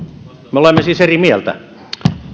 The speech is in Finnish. me olemme siis eri mieltä